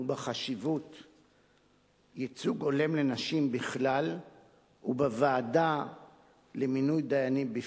ובחשיבות של ייצוג הולם לנשים בכלל ובוועדה למינוי דיינים בפרט.